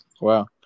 Wow